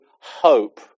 hope